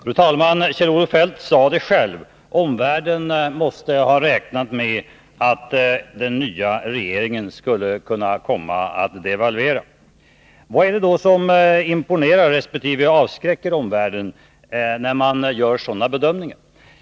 Fru talman! Kjell-Olof Feldt sade det själv: Omvärlden måste ha räknat med att den nya regeringen skulle kunna komma att devalvera. Vad är det då som imponerar resp. avskräcker omvärlden, när man gör sådana bedömningar?